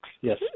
Yes